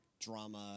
drama